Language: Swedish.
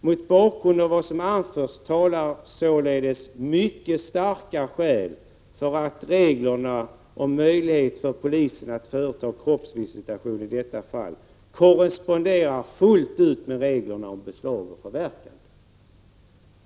Mot bakgrund av vad som anförs talar således mycket starka skäl för att reglerna om möjlighet för polisen att företa kroppsvisitation i detta fall korresponderar fullt ut med reglerna om beslag och förverkan.